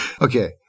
Okay